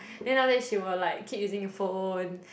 then after that she will like keep using the phone